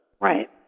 Right